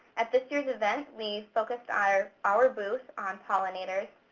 at this year's event, we focused our our booth on pollinators.